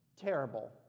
terrible